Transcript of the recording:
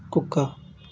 కుక్క